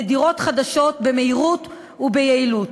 לדירות חדשות במהירות וביעילות.